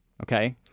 Okay